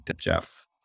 Jeff